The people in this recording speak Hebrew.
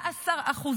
15%